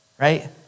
right